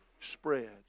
spread